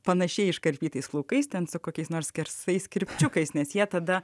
panašiai iškarpytais plaukais ten su kokiais nors skersais kirpčiukais nes jie tada